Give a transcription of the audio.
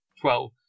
Twelve